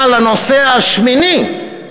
אבל "הנוסע השמיני",